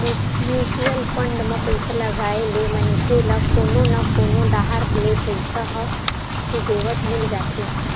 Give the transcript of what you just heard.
mutual fund म पइसा लगाए ले मनखे ल कोनो न कोनो डाहर ले पइसा ह सुबेवत मिल जाथे